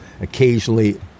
occasionally